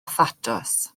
thatws